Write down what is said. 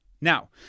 Now